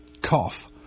cough